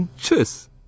Tschüss